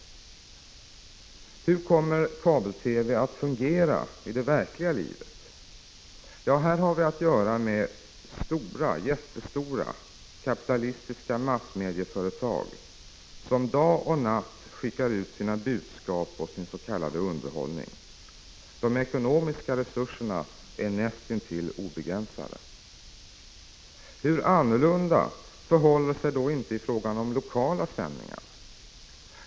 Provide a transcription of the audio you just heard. På vad sätt kommer kabel-TV att fungera i det verkliga livet? Här har vi att göra med jättestora kapitalistiska massmedieföretag som dag och natt skickar ut sina budskap och sin s.k. underhållning. De ekonomiska resurserna är nästintill obegränsade. Hur annorlunda förhåller det sig då inte i fråga om lokala sändningar?